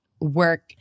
work